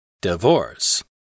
divorce